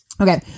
Okay